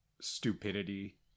Stupidity